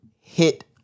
hit